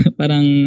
parang